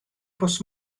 pws